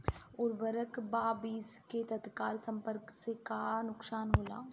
उर्वरक व बीज के तत्काल संपर्क से का नुकसान होला?